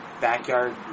backyard